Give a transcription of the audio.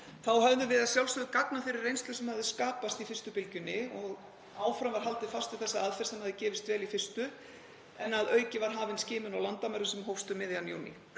höfðum við að sjálfsögðu gagn af þeirri reynslu sem hafði skapast í fyrstu bylgjunni og áfram var haldið fast við þessa aðferð sem hafði gefist vel í fyrstu. En að auki var hafin skimun á landamærum sem hófst um miðjan júní.